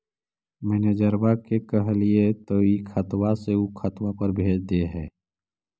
मैनेजरवा के कहलिऐ तौ ई खतवा से ऊ खातवा पर भेज देहै?